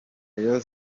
rayon